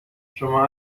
شما